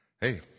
Hey